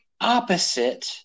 opposite